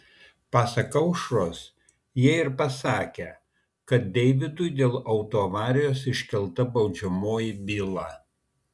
pasak aušros jie ir pasakę kad deiviui dėl autoavarijos iškelta baudžiamoji byla